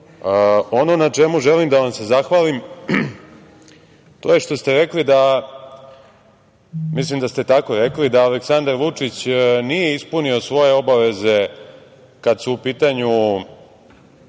na čemu želim da vas se zahvalim to je što ste rekli da, mislim da ste tako rekli, da Aleksandar Vučić nije ispunio svoje obaveze kada su u pitanju